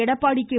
Edappadi K